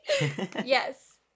yes